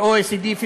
ה-OECD,